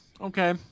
okay